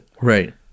Right